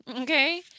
okay